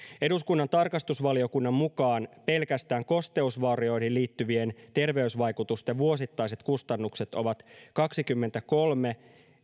eduskunnan tarkastusvaliokunnan mukaan pelkästään kosteusvaurioihin liittyvien terveysvaikutusten vuosittaiset kustannukset ovat kaksikymmentäkolme